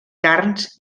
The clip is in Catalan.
carns